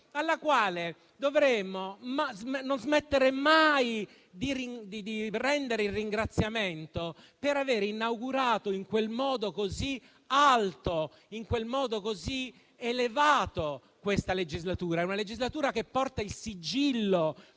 alla quale dovremmo non smettere mai di rendere ringraziamento per aver inaugurato in modo così elevato questa legislatura, una legislatura che porta il sigillo